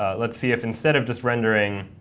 let's see if instead of just rendering